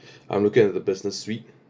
I'm looking at the business suite